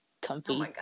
comfy